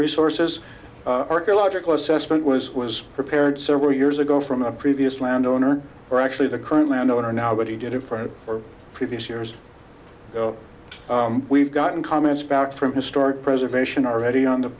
resources archaeological assessment was was prepared several years ago from a previous land owner or actually the current land owner now but he did it for your previous years we've gotten comments back from historic preservation